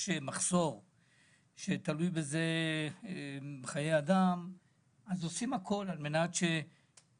מחסור שתלויים בזה חיי אדם עושים הכול כדי שיהיו